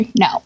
No